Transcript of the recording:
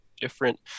different